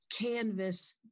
canvas